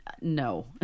no